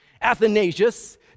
Athanasius